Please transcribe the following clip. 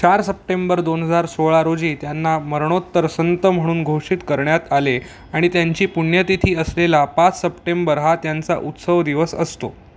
चार सप्टेंबर दोन हजार सोळा रोजी त्यांना मरणोत्तर संत म्हणून घोषित करण्यात आले आणि त्यांची पुण्यतिथी असलेला पाच सप्टेंबर हा त्यांचा उत्सव दिवस असतो